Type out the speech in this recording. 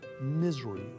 misery